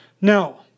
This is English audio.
Now